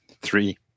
three